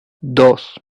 dos